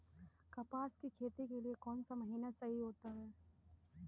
कपास की खेती के लिए कौन सा महीना सही होता है?